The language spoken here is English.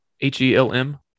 H-E-L-M